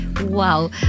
Wow